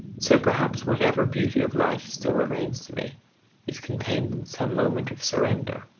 so perhaps whatever beauty of life still remains to me is contained in some moment of surrender,